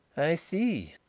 i see,